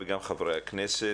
וגם חברי הכנסת.